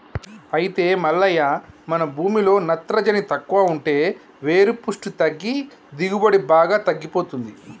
అయితే మల్లయ్య మన భూమిలో నత్రవోని తక్కువ ఉంటే వేరు పుష్టి తగ్గి దిగుబడి బాగా తగ్గిపోతుంది